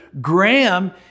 Graham